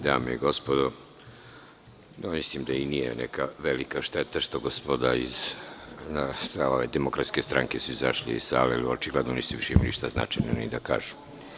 Dame i gospodo, ja mislim da i nije neka velika šteta što su gospoda iz Demokratske stranke izašli iz sale, jer očigledno nisu više imali šta značajno i da kažu.